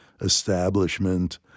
establishment